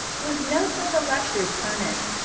with notes of the lectures furnished,